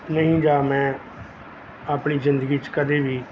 ਨਹੀਂ ਜਾਂ ਮੈਂ ਆਪਣੀ ਜ਼ਿੰਦਗੀ 'ਚ ਕਦੇ ਵੀ